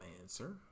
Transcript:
answer